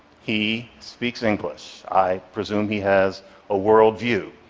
he speaks english. i presume he has a worldview.